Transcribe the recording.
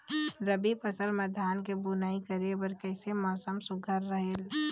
रबी फसल म धान के बुनई करे बर किसे मौसम सुघ्घर रहेल?